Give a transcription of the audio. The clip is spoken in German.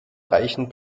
reichen